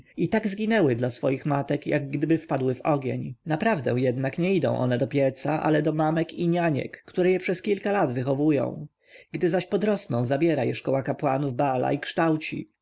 i tak zginęły dla swoich matek jakgdyby wpadły w ogień naprawdę jednak nie idą one do pieca ale do mamek i nianiek które je przez kilka lat wychowują gdy zaś podrosną zabiera je szkoła kapłanów baala i kształci